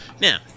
Now